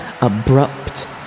abrupt